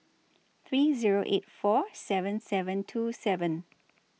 three Zero eight four seven seven two seven